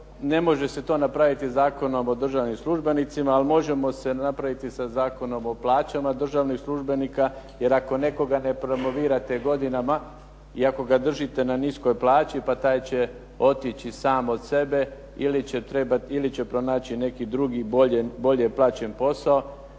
ne može se to napraviti Zakonom o državnim službenicima, ali možemo se napraviti sa Zakonom o plaćama državnih službenika, jer ako nekoga ne promovirate godinama, i ako ga držite na niskoj plaći, pa taj će otići sam od sebe ili će pronaći neki drugi i bolje plaćen posao,